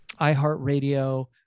iHeartRadio